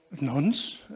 nuns